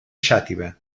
xàtiva